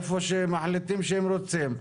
איפה שמחליטים שהם רוצים.